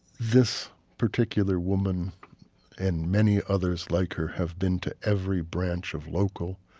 this particular woman and many others like her have been to every branch of local,